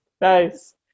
nice